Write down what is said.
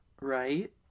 Right